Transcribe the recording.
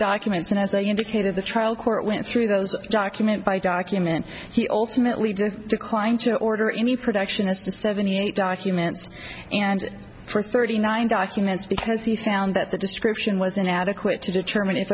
i indicated the trial court went through those document by document he ultimately did decline to order any production is to seventy eight documents and for thirty nine documents because you sound that the description was inadequate to determine if